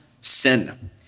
sin